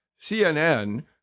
CNN